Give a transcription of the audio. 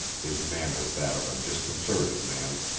his manner that of a disconcerted man.